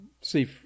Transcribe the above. see